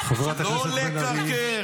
חברת הכנסת בן ארי.